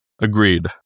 Agreed